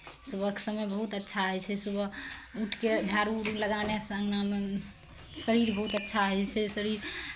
सुबहके समय बहुत अच्छा होइ छै सुबह उठि कऽ झाड़ू उरू लगानेसँ अङ्गनामे शरीर बहुत अच्छा होइ छै शरीर